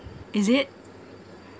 is it